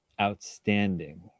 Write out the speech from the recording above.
outstanding